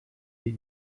die